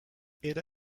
era